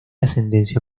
ascendencia